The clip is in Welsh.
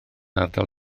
ardal